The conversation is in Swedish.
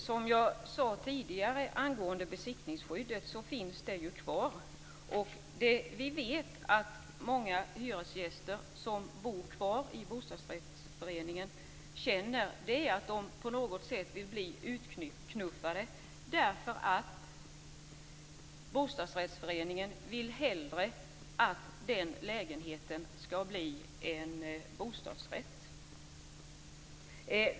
Fru talman! Som jag tidigare sade finns ju besittningsskyddet kvar. Vi vet att många hyresgäster som bor kvar i bostadsrättsföreningen känner att man på något sätt vill knuffa ut dem därför att bostadsrättsföreningen hellre vill att lägenheten blir en bostadsrätt.